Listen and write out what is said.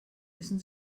wissen